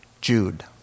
Jude